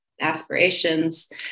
aspirations